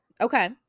Okay